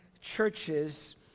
churches